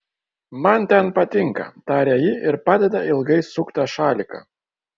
man ten patinka taria ji ir padeda ilgai suktą šaliką